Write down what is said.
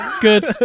good